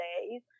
days